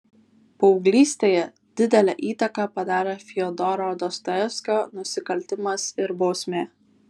paauglystėje didelę įtaką padarė fiodoro dostojevskio nusikaltimas ir bausmė